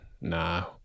nah